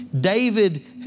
David